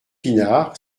pinard